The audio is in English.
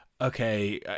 okay